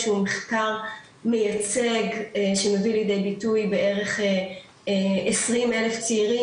שהוא מחקר מייצג שמביא ליידי ביטוי בערך 20 אלף צעירים